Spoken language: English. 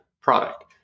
product